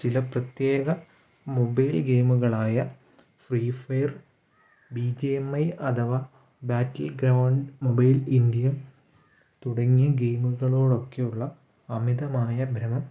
ചില പ്രത്യേക മൊബൈൽ ഗെയിമുകളായ free fire B G M I അഥവാ ബാറ്റിൽ ഗ്രൗണ്ട് മൊബൈൽ ഇന്ത്യ തുടങ്ങിയ ഗെയിമുകളോടൊക്കെയുള്ള അമിതമായ ഭ്രമം